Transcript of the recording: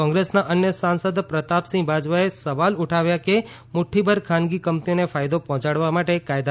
કોંગ્રેસના અન્ય સાંસદ પ્રતાપસિંહ બાજવાએ સવાલો ઉઠાવ્યા કે મુક્રીભર ખાનગી કંપનીઓને ફાયદો પહોંચાડવા માટે કાયદા લાવવામાં આવ્યા છે